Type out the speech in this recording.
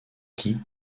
qui